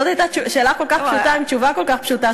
זאת הייתה שאלה כל כך פשוטה עם תשובה כל כך פשוטה,